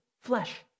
flesh